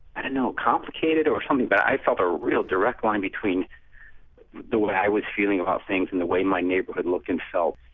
i don't know, complicated or something, but i felt a real direct line between the way i was feeling about things and the way my neighborhood looked and felt.